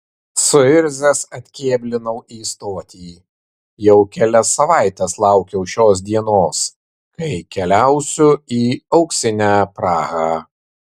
suirzęs atkėblinau į stotį jau kelias savaites laukiau šios dienos kai keliausiu į auksinę prahą